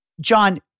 John